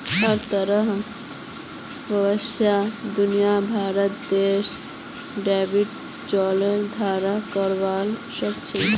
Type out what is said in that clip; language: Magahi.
हर तरहर व्यवसाय दुनियार भरेर देशत ट्रैवलर चेकेर द्वारे करवा सख छि